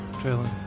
trailing